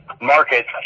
Market